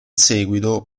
seguito